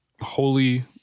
holy